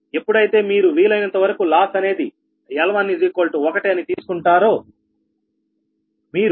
ఎప్పుడైతే మీరు వీలైనంతవరకూ లాస్ అనేది L11 అని తీసుకుంటారో వీరు L2